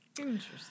Interesting